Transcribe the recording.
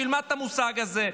שילמד את המושג הזה.